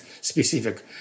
specific